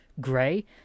gray